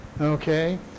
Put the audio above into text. okay